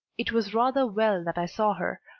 it was rather well that i saw her,